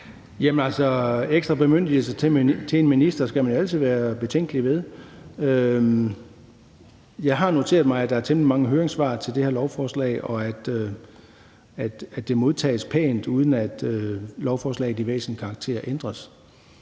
ekstra bemyndigelser til en minister skal man jo altid være betænkelig ved. Jeg har noteret mig, at der er temmelig mange høringssvar til det her lovforslag, og at det modtages pænt, uden at lovforslaget i væsentlig karakter ændres.